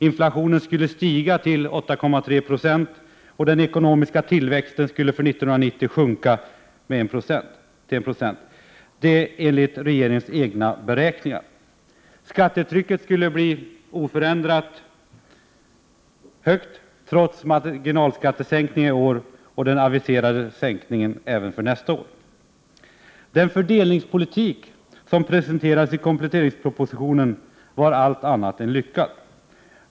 Inflationen skulle stiga till 8,3 26 och den ekonomiska tillväxten skulle 1990 sjunka till 1 90 — detta enligt regeringens egna beräkningar. Skattetrycket skulle förbli oförändrat högt trots marginalskattesänkningar i år och aviserade sänkningar även nästa år. Den fördelningspolitik som presenterades i kompletteringspropositionen var allt annat än lyckad.